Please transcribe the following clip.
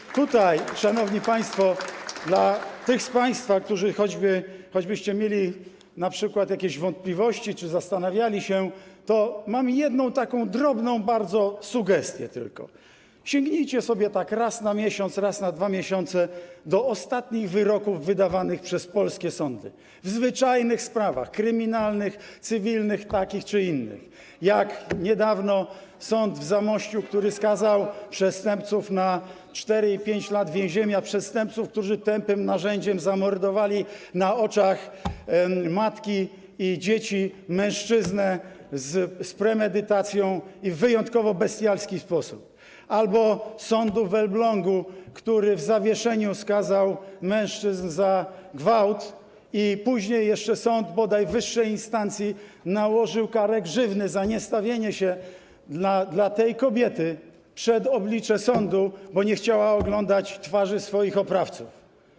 I tutaj, szanowni państwo, dla tych z państwa, którzy choćbyście mieli np. jakieś wątpliwości czy zastanawiali się, to mam tylko jedną taką bardzo drobną sugestię: sięgnijcie sobie tak raz na miesiąc, raz na 2 miesiące do ostatnich wyroków wydawanych przez polskie sądy w zwyczajnych sprawach, kryminalnych, cywilnych, takich czy innych, jak niedawno sąd w Zamościu, który skazał przestępców na 4 i 5 lat więzienia, przestępców, którzy tępym narzędziem zamordowali na oczach matki i jej dzieci mężczyznę z premedytacją i w wyjątkowo bestialski sposób, albo sąd w Elblągu, który w zawieszeniu skazał mężczyzn za gwałt, a później jeszcze sąd bodaj wyższej instancji nałożył karę grzywny za niestawienie się dla tej kobiety przed oblicze sądu, bo nie chciała oglądać twarzy swoich oprawców.